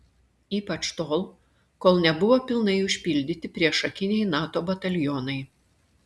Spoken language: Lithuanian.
ypač tol kol nebuvo pilnai užpildyti priešakiniai nato batalionai